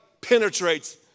penetrates